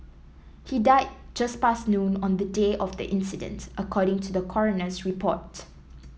he died just past noon on the day of the incident according to the coroner's report